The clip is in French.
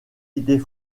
idées